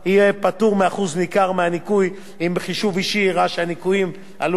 אם בחישוב אישי ראה שהניכויים עלו על סכום ההיוון שקיבל.